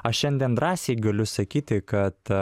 aš šiandien drąsiai galiu sakyti kad